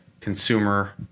consumer